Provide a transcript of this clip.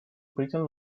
breton